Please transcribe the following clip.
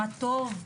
מה טוב.